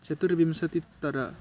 चतुर्विंशत्युत्तर